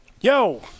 Yo